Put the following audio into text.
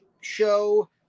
show